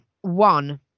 One